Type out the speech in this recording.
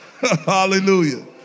Hallelujah